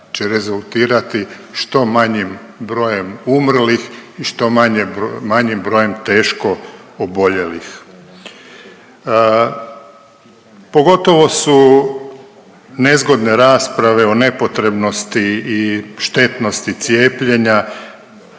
će rezultirati što manjim brojem umrlih i što manjim brojem teško oboljelih. Pogotovo su nezgodne rasprave o nepotrebnosti i štetnosti cijepljenja,